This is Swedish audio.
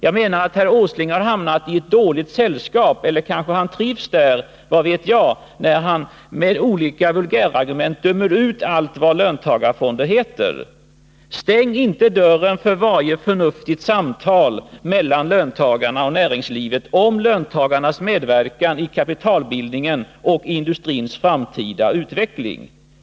Jag menar att herr Åsling har hamnat i dåligt sällskap. Kanske trivs han där, vad vet jag, när han med olika vulgärargument dömer ut allt vad löntagarfonder heter. Stäng inte dörren för varje förnuftigt samtal mellan löntagarna och näringslivet om löntagarnas medverkan i kapitalbildningen och industrins framtida utveckling.